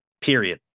Period